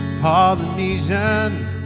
Polynesian